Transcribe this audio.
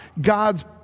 God's